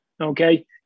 Okay